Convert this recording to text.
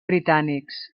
britànics